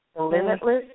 limitless